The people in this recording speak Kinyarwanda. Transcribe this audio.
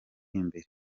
imbere